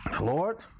Lord